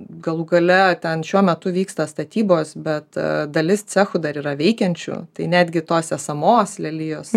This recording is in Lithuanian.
galų gale ten šiuo metu vyksta statybos bet dalis cechų dar yra veikiančių tai netgi tos esamos lelijos